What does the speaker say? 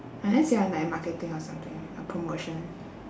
unless you're like marketing or something a promotion